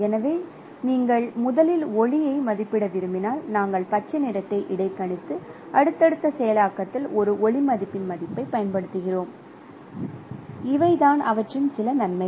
எனவே நீங்கள் முதலில் ஒளியை மதிப்பிட விரும்பினால் நாங்கள் பச்சை நிறத்தை இடைக்கணித்து அடுத்தடுத்த செயலாக்கத்தில் ஒரு ஒளி மதிப்பின் மதிப்பைப் பயன்படுத்துகிறோம் இவை தான் அவற்றின் சில நன்மைகள்